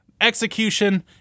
Execution